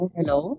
Hello